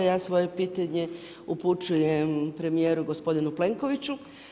Ja svoje pitanje upućujem premijeru gospodinu Plenkoviću.